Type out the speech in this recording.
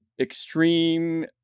extreme